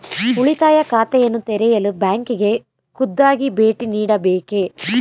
ಉಳಿತಾಯ ಖಾತೆಯನ್ನು ತೆರೆಯಲು ಬ್ಯಾಂಕಿಗೆ ಖುದ್ದಾಗಿ ಭೇಟಿ ನೀಡಬೇಕೇ?